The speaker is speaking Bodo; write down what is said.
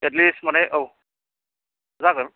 एटलिस्ट माने औ जागोन